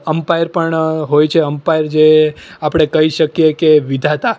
umpire પણ હોય છે અમ્પાયર જે આપણે કહી શકીએ કે વિધાતા